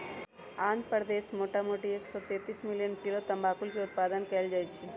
आंध्र प्रदेश मोटामोटी एक सौ तेतीस मिलियन किलो तमाकुलके उत्पादन कएल जाइ छइ